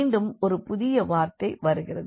மீண்டும் ஒரு புதிய வார்த்தை வருகிறது